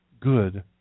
good